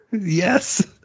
Yes